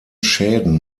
schäden